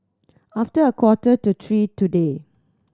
after a quarter to three today